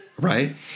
Right